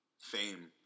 fame